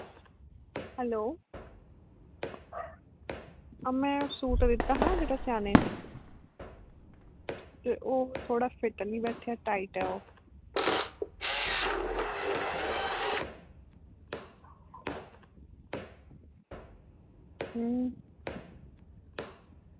hello में suit दित्ता हा सेआनें गी ते ओह् थोह्ड़ा फिट्ट नी बैठेआ टाईट ऐ ओह् हां जी हां